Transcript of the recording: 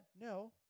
No